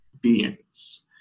beings